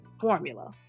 formula